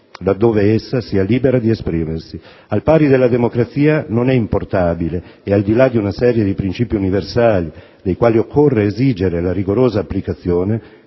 laddove essa sia libera di esprimersi. Al pari della democrazia non è importabile e, al di là di una serie di princìpi universali dei quali occorre esigere la rigorosa applicazione,